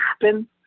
happen